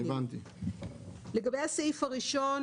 לגבי הסעיף הראשון